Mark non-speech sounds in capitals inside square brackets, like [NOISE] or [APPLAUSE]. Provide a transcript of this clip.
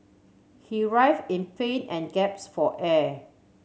he writhe in pain and [UNINTELLIGIBLE] for air